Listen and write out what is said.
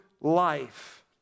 life